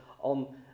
on